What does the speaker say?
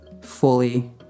Fully